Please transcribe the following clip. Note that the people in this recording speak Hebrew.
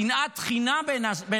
סיפר לי על שנאת החינם בין האנשים.